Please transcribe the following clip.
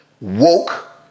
woke